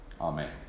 Amen